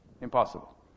Impossible